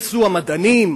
מהם יצאו המדענים?